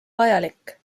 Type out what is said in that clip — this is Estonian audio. vajalik